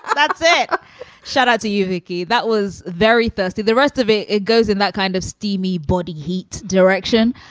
ah that's it shout out to yuvigi. that was very thirsty. the rest of it it goes in that kind of steamy body heat direction.